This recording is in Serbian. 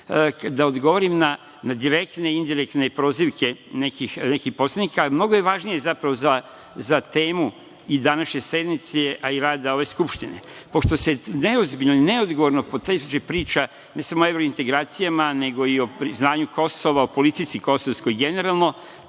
da odgovorim na direktne i indirektne prozivke nekih poslanika, a mnogo je važnije zapravo za temu i današnje sednice, a i rada ove Skupštine. Pošto se neozbiljno i neodgovorno poteže priča ne samo o evrointegracijama, nego i o priznanju Kosova i politici kosovskoj generalno,